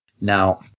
now